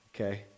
Okay